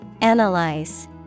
Analyze